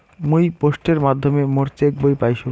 মুই পোস্টের মাধ্যমে মোর চেক বই পাইসু